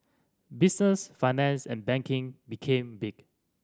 business finance and banking became big